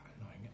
annoying